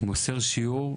מוסר שיעור,